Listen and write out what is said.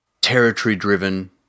territory-driven